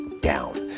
down